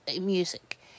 music